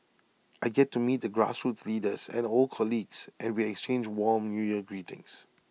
I get to meet the grassroots leaders and old colleagues and we exchange warm New Year greetings